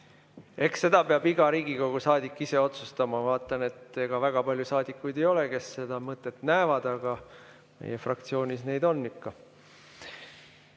Eks seda peab iga Riigikogu saadik ise otsustama. Ma vaatan, et ega väga palju saadikuid ei ole, kes seda mõtet näevad, aga meie fraktsioonis neid ikka